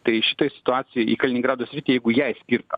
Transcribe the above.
tai šitoj situacijoj į kaliningrado sritį jeigu jai skirta